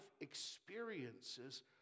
experiences